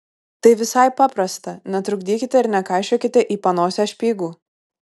tai visai paprasta netrukdykite ir nekaišiokite į panosę špygų